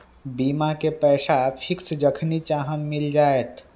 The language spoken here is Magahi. बीमा के पैसा फिक्स जखनि चाहम मिल जाएत?